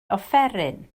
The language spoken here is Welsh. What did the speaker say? offeryn